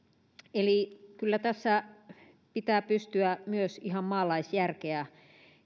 eli kyllä tässä pitää pystyä myös ihan maalaisjärkeä